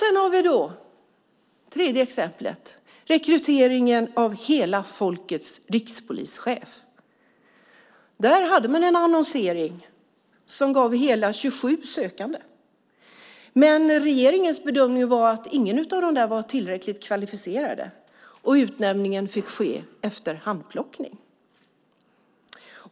Sedan har vi det tredje exemplet: rekryteringen av hela folkets rikspolischef. Där hade man en annonsering som gav hela 27 sökande. Men regeringens bedömning var att ingen av dem var tillräckligt kvalificerad. Utnämningen fick ske efter handplockning.